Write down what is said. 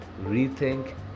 rethink